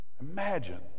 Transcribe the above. Imagine